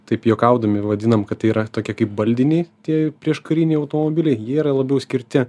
taip juokaudami vadinam kad tai yra tokie kaip baldiniai tiek prieškariniai automobiliai jie yra labiau skirti